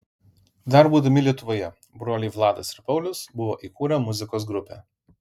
dar būdami lietuvoje broliai vladas ir paulius buvo įkūrę muzikos grupę